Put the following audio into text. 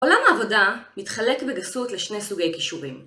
עולם העבודה, מתחלק בגסות לשני סוגי קישורים.